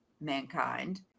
mankind